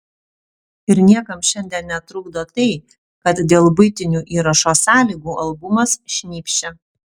ir niekam šiandien netrukdo tai kad dėl buitinių įrašo sąlygų albumas šnypščia